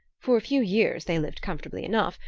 for a few years they lived comfortably enough,